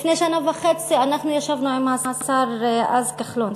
לפני שנה וחצי אנחנו ישבנו עם השר אז כחלון,